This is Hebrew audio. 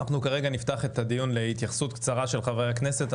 נפתח את הדיון בהתייחסות קצרה של חברי הכנסת.